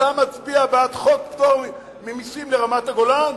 אתה מצביע על חוק פטור ממסים לרמת-הגולן?